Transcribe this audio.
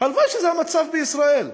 הלוואי שזה המצב בישראל.